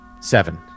seven